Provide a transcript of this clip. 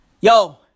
Yo